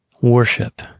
worship